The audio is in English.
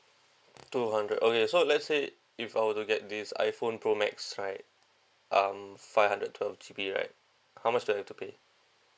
two hundred okay so let's say if I were to get this iPhone pro max right um five hundred twelve G_B right how much do I have to pay